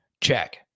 check